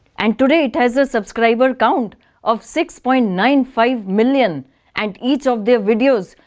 and today has a subscriber count of six point nine five million and each of their videos,